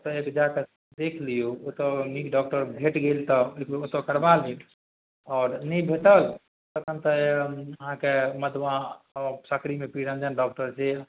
ओतऽ एक जाकऽ देखि लिऔ ओतऽ अगर नीक डॉकटर भेटि गेल तऽ ओतऽ करबा लेब आओर नहि भेटल तखन तऽ अहाँके मधुमा सकरीमे निरञ्जन डॉकटर जे